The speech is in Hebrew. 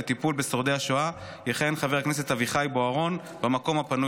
חוק ומשפט יכהן חבר הכנסת אביחי בוארון כממלא